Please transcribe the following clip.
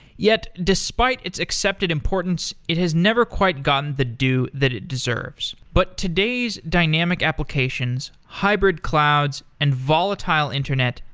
yet, despite its accepted importance, it has never quite gotten the due that it deserves. but today's dynamic applications, hybrid clouds and volatile internet,